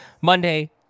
Monday